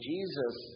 Jesus